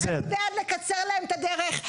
אני בעד לקצר להם את הדרך,